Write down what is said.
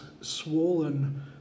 swollen